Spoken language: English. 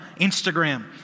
Instagram